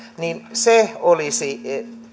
niin se olisi